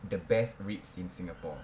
the best ribs in singapore